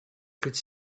could